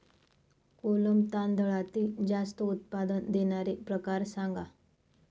कोलम तांदळातील जास्त उत्पादन देणारे प्रकार सांगा